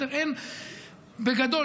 בגדול,